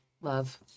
Love